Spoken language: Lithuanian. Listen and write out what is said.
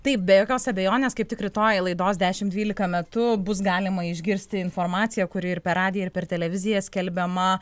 taip be jokios abejonės kaip tik rytoj laidos dešim dvylika metu bus galima išgirsti informaciją kuri ir per radiją ir per televiziją skelbiama